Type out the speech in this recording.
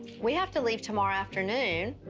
we have to leave tomorrow afternoon.